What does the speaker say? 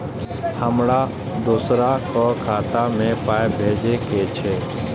हमरा दोसराक खाता मे पाय भेजे के छै?